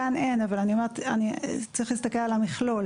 כאן אין אבל צריך להסתכל על המכלול.